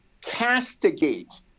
castigate